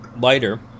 lighter